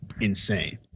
insane